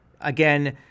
again